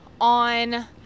on